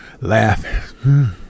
laughing